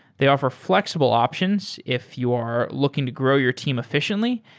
they offer flexible options if you're looking to grow your team efficiently,